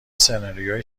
سناریوی